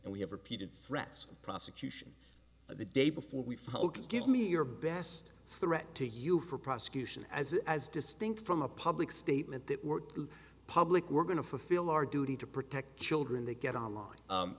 and we have repeated threats prosecution of the day before we felt give me your best threat to you for prosecution as as distinct from a public statement that we're public we're going to fulfill our duty to protect children they get online